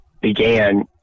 began